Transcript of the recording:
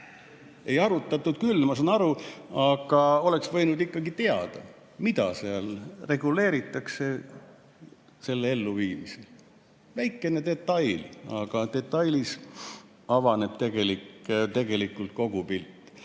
Ei arutatud küll, ma saan aru, aga oleks võinud ikkagi teada, mida seal reguleeritakse, kui [kõike hakatakse] ellu viima. Väikene detail, aga selles detailis avaneb tegelikult kogu pilt.